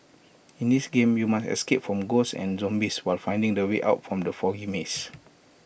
in this game you must escape from ghosts and zombies while finding the way out from the foggy maze